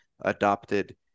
adopted